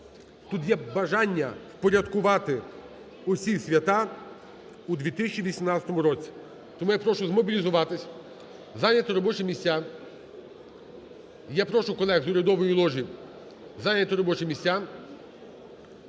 тут є бажання впорядкувати усі свята у 2018 році. Тому я прошу змобілізуватися, зайняти робочі місця, я прошу колег з урядової ложі зайняти робочі місця